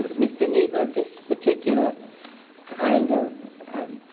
mr. kneedler, this particular kind of